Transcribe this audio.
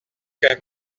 qu’un